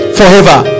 forever